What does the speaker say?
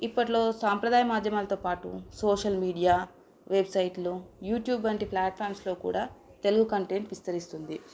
ఇప్పట్లో సాంప్రదాయ మాధ్యమాలతో పాటు సోషల్ మీడియా వెబ్సైట్లో యూట్యూబ్ వంటి ప్లాట్ఫామ్స్లో కూడా తెలుగు కంటెంట్ విస్తరిస్తుంది